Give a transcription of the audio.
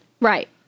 Right